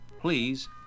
please